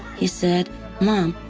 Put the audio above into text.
he said mom,